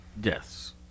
deaths